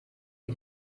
ari